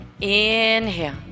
Inhale